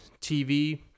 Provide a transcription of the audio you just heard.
TV